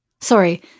Sorry